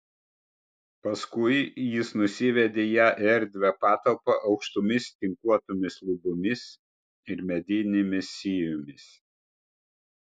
paskui jis nusivedė ją į erdvią patalpą aukštomis tinkuotomis lubomis ir medinėmis sijomis